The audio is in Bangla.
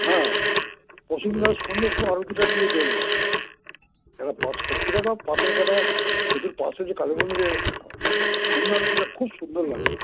হ্যাঁ পরশুফিন তাহলে সন্ধ্যের সময় আরতিটা গিয়ে দেখব একটা সত্যি কঠা পাথরঘাটা সেতুর পাশে যে কালীমন্দির সন্ধ্যা আরতিটা খুব সুন্দর লাগে